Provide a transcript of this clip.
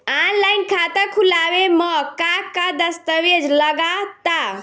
Online खाता खूलावे म का का दस्तावेज लगा ता?